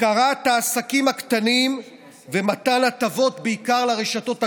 הפקרת העסקים הקטנים ומתן הטבות בעיקר לרשתות הגדולות?